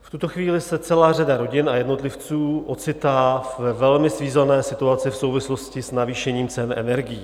V tuto chvíli se celá řada rodin a jednotlivců ocitá ve velmi svízelné situaci v souvislosti s navýšením cen energií.